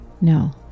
no